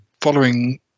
following